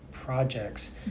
projects